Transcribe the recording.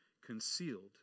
concealed